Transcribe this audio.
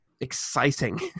exciting